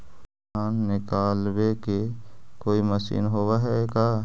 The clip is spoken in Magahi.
धान निकालबे के कोई मशीन होब है का?